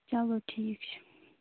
چلو ٹھیٖک چھُ